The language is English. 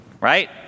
right